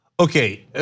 Okay